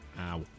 ow